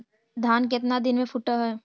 धान केतना दिन में फुट है?